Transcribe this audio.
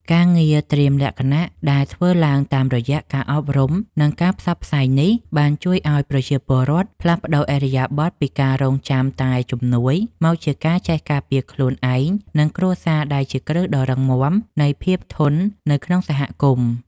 ការងារត្រៀមលក្ខណៈដែលធ្វើឡើងតាមរយៈការអប់រំ និងការផ្សព្វផ្សាយនេះ បានជួយឱ្យប្រជាពលរដ្ឋផ្លាស់ប្តូរឥរិយាបថពីការរង់ចាំតែជំនួយមកជាការចេះការពារខ្លួនឯង និងគ្រួសារ ដែលជាគ្រឹះដ៏រឹងមាំនៃភាពធន់នៅក្នុងសហគមន៍។